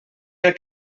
del